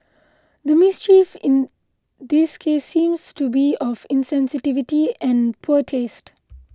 the mischief in this case seems to be of insensitivity and poor taste